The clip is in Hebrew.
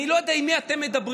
אני לא יודע עם מי אתם מדברים,